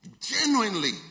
genuinely